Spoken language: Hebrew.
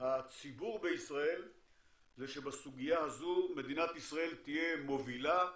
הציבור בישראל זה שבסוגיה הזו מדינת ישראל תהיה מובילה,